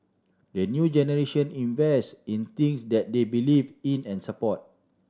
the new generation invest in things that they believe in and support